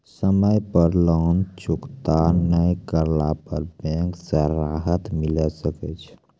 समय पर लोन चुकता नैय करला पर बैंक से राहत मिले सकय छै?